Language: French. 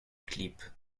clip